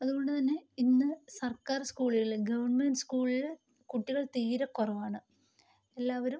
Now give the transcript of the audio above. അതുകൊണ്ടുതന്നെ ഇന്ന് സർക്കാർ സ്കൂളുകളിലെ ഗവൺമെൻ്റ് സ്കൂളില് കുട്ടികൾ തീരെ കുറവാണ് എല്ലാവരും